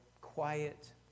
quiet